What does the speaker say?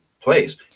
place